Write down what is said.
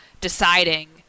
deciding